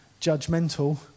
judgmental